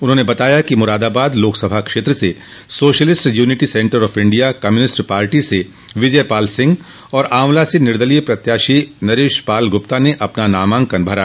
उन्होंने बताया कि मुरादाबाद लोकसभा क्षेत्र से Socialist Unity Centre of India Communist Party स विजय पाल सिंह और ऑवला से निर्दलीय उम्मीदवार नरेश पाल गुप्ता ने अपना नामांकन पर्चा भरा